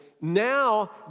Now